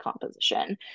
composition